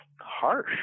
harsh